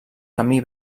camí